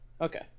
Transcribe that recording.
Okay